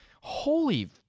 Holy